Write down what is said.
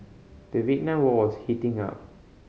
the Vietnam War was heating up